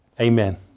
Amen